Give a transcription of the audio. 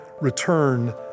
return